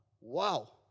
Wow